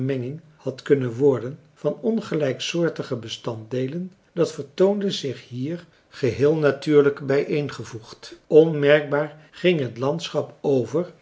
had kunnen worden van ongelijksoortige bestanddeelen dat vertoonde zich hier geheel natuurlijk bijeengevoegd onmerkbaar ging het landschap over